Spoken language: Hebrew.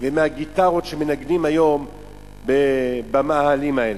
ומהגיטרות שמנגנים היום במאהלים האלה.